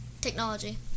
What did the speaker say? technology